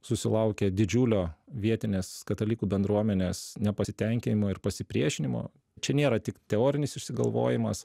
susilaukę didžiulio vietinės katalikų bendruomenės nepasitenkinimo ir pasipriešinimo čia nėra tik teorinis išsigalvojimas